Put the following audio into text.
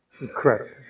Incredible